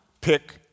pick